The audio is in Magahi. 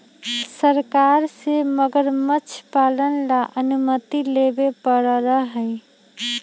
सरकार से मगरमच्छ पालन ला अनुमति लेवे पडड़ा हई